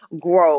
grow